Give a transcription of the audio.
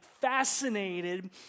fascinated